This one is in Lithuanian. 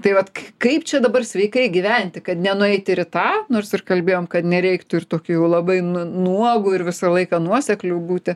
tai vat kaip čia dabar sveikai gyventi kad nenueit į tą nors ir kalbėjom kad nereiktų ir tokiu jau labai nuogu ir visą laiką nuosekliu būti